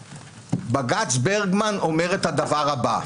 בג"ץ ברגמן אומר את הדבר הבא,